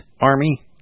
Army